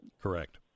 Correct